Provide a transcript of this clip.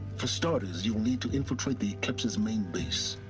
for starters, you will need to infiltrate the eclipse's main base